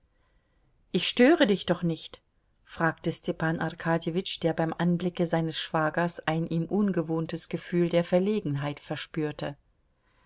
ich störe dich doch nicht fragte stepan arkadjewitsch der beim anblicke seines schwagers ein ihm ungewohntes gefühl der verlegenheit verspürte